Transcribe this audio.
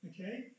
okay